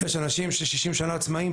יש אנשים ש-60 שנה הם עצמאיים,